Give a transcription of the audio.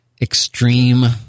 extreme